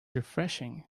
refreshing